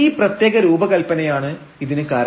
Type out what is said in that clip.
ഈ പ്രത്യേക രൂപകൽപനയാണ് ഇതിന് കാരണം